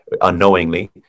unknowingly